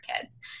kids